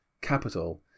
capital